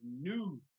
new